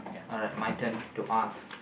alright my turn to ask